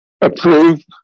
Approved